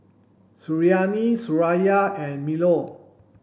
Suriani Suraya and Melur